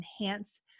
enhance